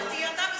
אבל תהיה אתה בסדר,